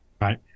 Right